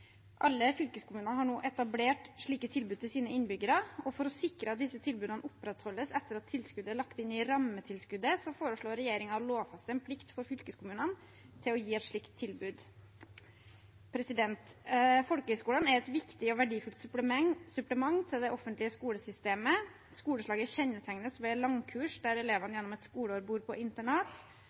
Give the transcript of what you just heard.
Alle fylkeskommunene har nå etablert slike tilbud til sine innbyggere, og for å sikre at disse tilbudene opprettholdes etter at tilskuddet er lagt inn i rammetilskuddet, foreslår regjeringen å lovfeste en plikt for fylkeskommunene til å gi et slikt tilbud. Folkehøyskolene er et viktig og verdifullt supplement til det offentlige skolesystemet. Skoleslaget kjennetegnes ved langkurs der elevene gjennom et skoleår bor på internat,